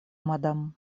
мадам